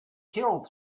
killed